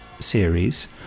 series